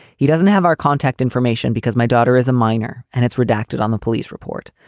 he doesn't have our contact information because my daughter is a minor and it's redacted on the police report.